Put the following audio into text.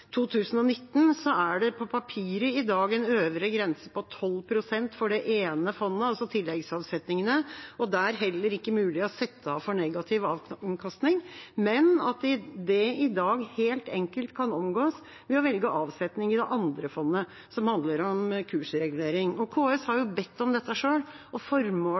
er det på papiret i dag en øvre grense på 12 pst. for det ene fondet, altså tilleggsavsetningene, og det er heller ikke mulig å sette av for negativ avkastning, men at dette i dag helt enkelt kan omgås ved å velge avsetning i det andre fondet, som handler om kursregulering. KS har jo bedt om dette selv, og formålet